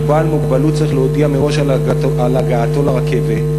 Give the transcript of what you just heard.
שבו בעל מוגבלות צריך להודיע מראש על הגעתו לרכבת,